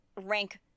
rank